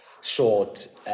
short